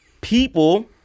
people